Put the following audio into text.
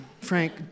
Frank